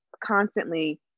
constantly